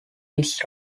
this